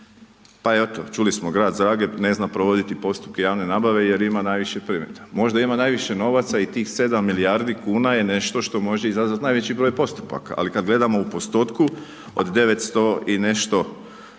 Pa eto, čuli smo grad Zagreb ne zna provoditi postupke javne nabave jer ima najviše predmeta. Možda ima najviše novaca i tih 7 milijardi kuna je nešto što može izazvat najveći broj postupaka, ali kad gledamo u postotku od 900 i nešto,